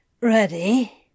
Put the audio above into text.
Ready